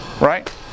right